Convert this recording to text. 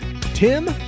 Tim